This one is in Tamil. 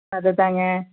அது தாங்க